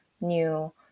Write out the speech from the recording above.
new